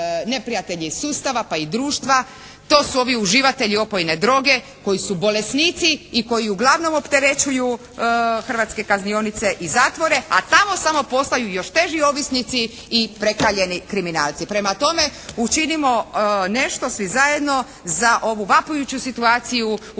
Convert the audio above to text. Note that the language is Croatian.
neprijatelji sustava pa i društva. To su ovi uživatelji opojne droge koji su bolesnici i koji uglavnom opterećuju hrvatske kaznionice i zatvore, a tamo samo postaju još teži ovisnici i prekaljeni kriminalci. Prema tome, učinimo nešto svi zajedno za ovu vapajuću situaciju u